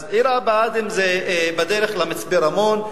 עיר הבה"דים זה בדרך למצפה-רמון.